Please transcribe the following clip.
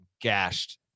gashed